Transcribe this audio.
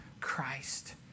Christ